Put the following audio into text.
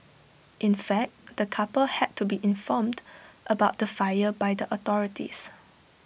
in fact the couple had to be informed about the fire by the authorities